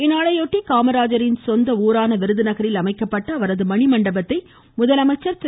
இந்நாளை ஒட்டி காமராஜரின் சொந்த ஊரான விருதுநகரில் அமைக்கப்பட்டுள்ள அவரது மணிமண்டபத்தை முதலமைச்சர் திரு